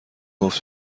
گفت